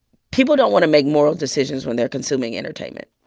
people don't want to make moral decisions when they're consuming entertainment.